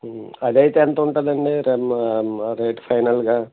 అది అయితే ఎంత ఉంటుంది అండి రేటు ఫైనల్గా